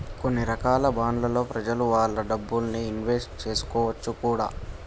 కొన్ని రకాల బాండ్లలో ప్రెజలు వాళ్ళ డబ్బుల్ని ఇన్వెస్ట్ చేసుకోవచ్చును కూడా